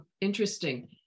interesting